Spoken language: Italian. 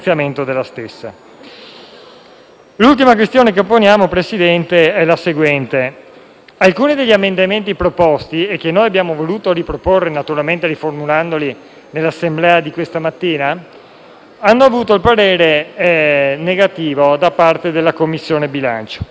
L'ultima questione che poniamo, signor Presidente, è la seguente. Alcuni degli emendamenti proposti, che noi abbiamo voluto riproporre, naturalmente riformulandoli, in Assemblea questa mattina hanno ricevuto il parere negativo della Commissione bilancio, ai sensi dell'articolo 81